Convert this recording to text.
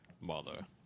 Mother